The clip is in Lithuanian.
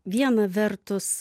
viena vertus